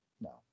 No